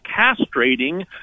castrating